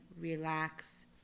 Relax